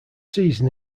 season